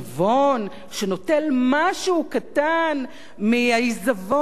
שנוטל משהו קטן מהעיזבון של מי שהלך